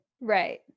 Right